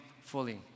fully